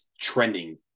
trending